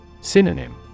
Synonym